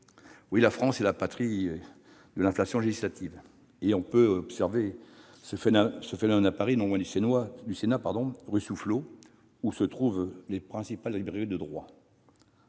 La France est bien la patrie de l'inflation législative ! On peut observer ce phénomène à Paris, non loin du Sénat, rue Soufflot, où se trouvent les principales librairies de droit